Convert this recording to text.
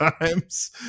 times